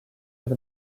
have